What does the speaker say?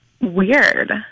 weird